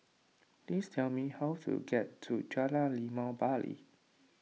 please tell me how to get to Jalan Limau Bali